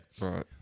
Right